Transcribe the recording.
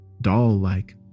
doll-like